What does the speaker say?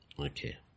okay